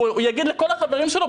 הוא יגיד לכל החברים שלו,